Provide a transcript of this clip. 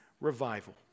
revival